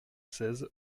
seize